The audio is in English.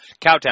Cowtown